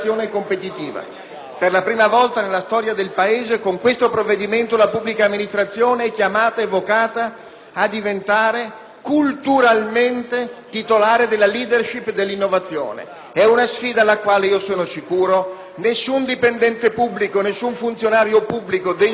Per la prima volta nella storia del Paese, con questo provvedimento la pubblica amministrazione è chiamata e vocata a diventare culturalmente titolare della *leadership* dell'innovazione. È una sfida alla quale, sono sicuro, nessun dipendente e nessun funzionario pubblico degni di questo nome